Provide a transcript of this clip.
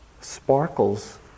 sparkles